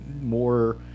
more